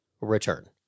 return